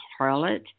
harlot